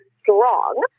strong